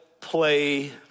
play